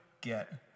get